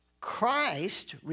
Christ